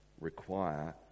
require